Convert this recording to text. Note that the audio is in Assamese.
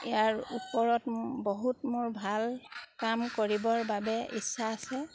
ইয়াৰ ওপৰত বহুত মোৰ ভাল কাম কৰিবৰ বাবে ইচ্ছা আছে